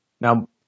Now